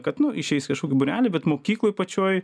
kad nu išeis kažkokį būrelį bet mokykloj pačioj